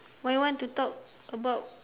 what you want to talk about